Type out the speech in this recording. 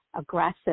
aggressive